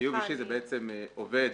בעצם עובד,